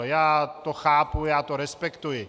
Já to chápu, já to respektuji.